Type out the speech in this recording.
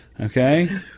Okay